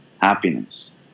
happiness